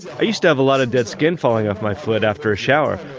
i used to have a lot of dead skin falling off my foot after a shower,